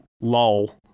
lol